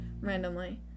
randomly